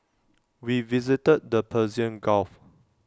we visited the Persian gulf